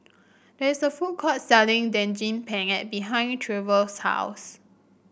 there is a food court selling Daging Penyet behind Trever's house